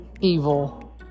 evil